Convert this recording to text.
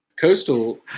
Coastal